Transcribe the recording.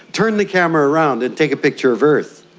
turn the camera around and take a picture of earth.